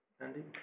Andy